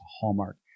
hallmark